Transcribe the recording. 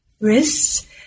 wrists